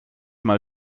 mal